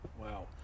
Wow